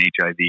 HIV